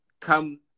come